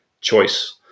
choice